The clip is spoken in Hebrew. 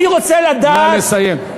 אני רוצה לדעת, נא לסיים.